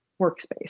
workspace